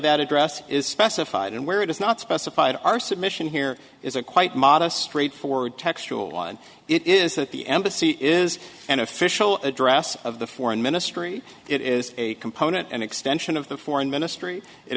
that address is specified and where it is not specified our submission here is a quite modest straightforward textural one it is that the embassy is an official address of the foreign ministry it is a component an extension of the foreign ministry